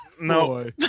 No